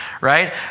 right